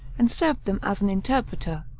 and served them as an interpreter.